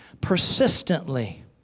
persistently